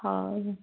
ହଉ